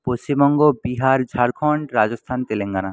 Paschimbanga Bihar Jharkhand Rajasthan Telangana